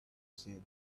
said